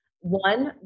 One